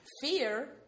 fear